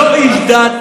לא איש דת,